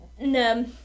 No